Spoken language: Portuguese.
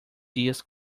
dias